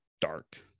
dark